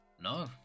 No